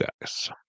guys